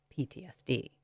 PTSD